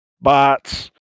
bots